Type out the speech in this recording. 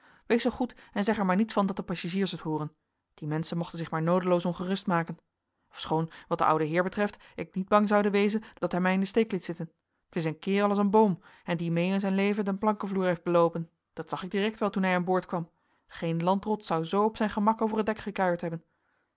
wees zoo goed en zeg er maar niets van dat de passagiers het hooren die menschen mochten zich maar noodeloos ongerust maken ofschoon wat den ouden heer betreft ik niet bang zoude wezen dat hij mij in den steek liet zitten t is een kerel als een boom en die mee in zijn leven den plankenvloer heeft beloopen dat zag ik direct wel toen hij aan boord kwam geen landrot zou zoo op zijn gemak over het dek gekuierd hebben